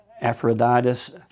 Aphrodite